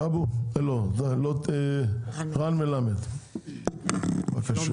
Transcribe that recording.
רן מלמד, בבקשה.